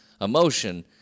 emotion